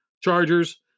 Chargers